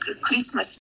Christmas